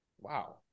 Wow